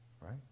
Right